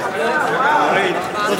ז'בוטינסקי, מדבר